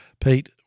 Pete